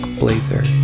blazer